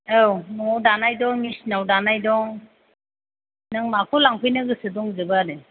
औ न'आव दानाय दं मेसिनाव दानाय दं नों माखौ लांफैनो गोसो दंजोबो आरो